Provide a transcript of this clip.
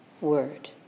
word